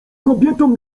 kobietom